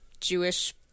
Jewish